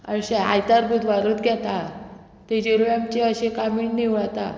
अशें आयतार बुधवारूत घेता तेजेरूय आमचे अशें कामीण निवळता